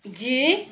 G